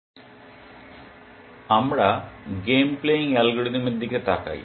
সুতরাং আমরা game playing algorithm এর দিকে তাকাই